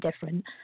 different